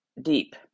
deep